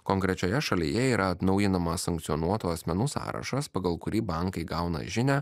konkrečioje šalyje yra atnaujinamas sankcionuotų asmenų sąrašas pagal kurį bankai gauna žinią